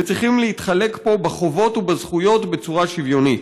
וצריכים להתחלק פה בחובות ובזכויות בצורה שוויונית.